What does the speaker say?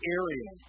area